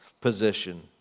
position